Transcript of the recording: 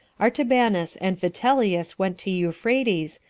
artabanus and vitellius went to euphrates,